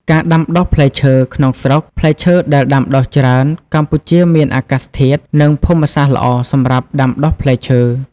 ការដាំដុះផ្លែឈើក្នុងស្រុកផ្លែឈើដែលដាំដុះច្រើន កម្ពុជាមានអាកាសធាតុ និងភូមិសាស្ត្រល្អសម្រាប់ដាំដុះផ្លែឈើ។